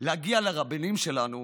להגיע לרבנים שלנו,